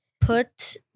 put